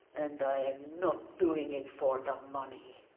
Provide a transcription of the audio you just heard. and i am not doing it for the money.